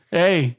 hey